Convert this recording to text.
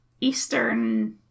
eastern